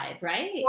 right